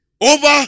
over